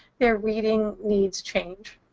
their reading needs change.